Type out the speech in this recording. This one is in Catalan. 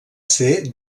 ser